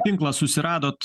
tinklą susiradot